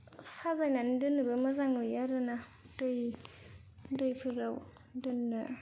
साजायनानै दोननोबो मोजां नुयो आरोना दै दैफोराव दोननो